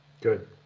Good